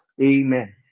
Amen